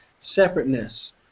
separateness